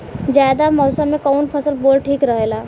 जायद मौसम में कउन फसल बोअल ठीक रहेला?